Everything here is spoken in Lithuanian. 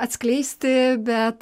atskleisti bet